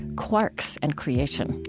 quarks and creation.